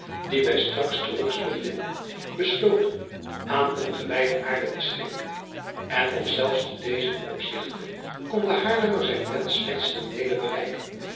dien wij straks terug zullen vinden besloten aan een gewijde aarde te schenken en nog zelfs te dezen opzichte kon de haarlemmer zijn wensch slechts ten deele bereiken